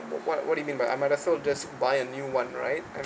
what what what do you mean by I might as well just buy a new [one] right I